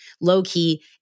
low-key